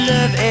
Love